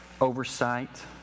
oversight